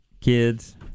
kids